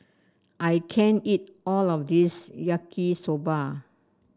I can't eat all of this Yaki Soba